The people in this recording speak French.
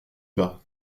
bas